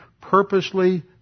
purposely